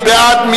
מי בעד?